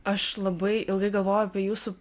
aš labai ilgai galvojau apie jūsų